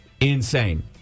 insane